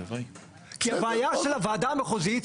כי הבעיה של הוועדה המחוזית,